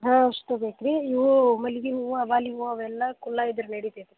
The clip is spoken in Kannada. ಹಾಂ ಅಷ್ಟು ಬೇಕ್ರೀ ಇವು ಮಲ್ಗೆ ಹೂವಾ ಅಬ್ಬಾಲಿ ಹೂವಾ ಅವೆಲ್ಲಾ ಕುಲ್ಲ ಇದ್ರ ನಡಿತೇತಿ